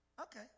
Okay